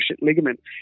ligament